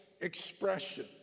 expression